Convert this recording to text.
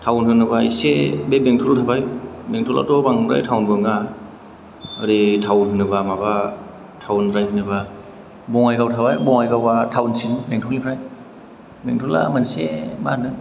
थाउन होनोबा इसे बे बेंथल थाबाय बेंथलाथ' बांद्राय थावन नङा ओरै थाउन होनोबा माबा थाउनद्राय होनोबा बङाइगाव थाबाय बङाइगावआ थाउनसिन बेंथलनिफ्राय बेंथला मोनसे मा होनो